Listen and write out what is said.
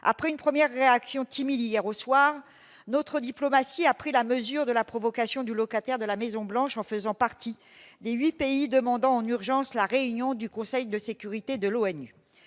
après une première réaction timide hier au soir, notre diplomatie a pris la mesure de la provocation du locataire de la Maison-Blanche en faisant partie de 8 pays demandant en urgence la réunion du Conseil de sécurité de l'ONU